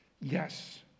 Yes